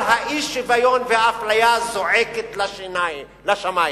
והאי-שוויון והאפליה זועקים לשמים.